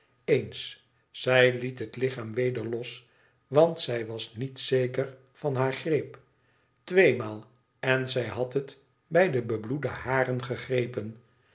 eens zij liet het lichaam weder los want zij was niet zeker van haar greep tweemaal en zij had het bij de bebloede haren gegrepen